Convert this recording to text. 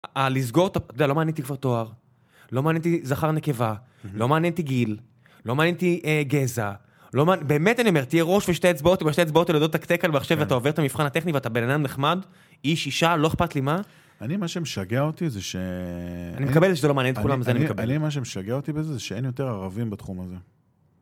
לסגור את ה... אתה יודע, לא מעניין אותי כבר תואר. לא מעניין אותי זכר נקבה. לא מעניין אותי גיל. לא מעניין אותי גזע. באמת אני אומר, תהיה ראש ושתי אצבעות, אבל השתי אצבעות האלה יודעות לתקתק כאן על המחשב, ואתה עובר את המבחן הטכני ואתה בן אדם נחמד, איש, אישה, לא אכפת לי מה. - אני, מה שמשגע אותי זה ש... אני מקבל את זה שזה לא מעניין את כולם, זה אני מקבל. - אני מה שמשגע אותי בזה זה שאין יותר ערבים בתחום הזה.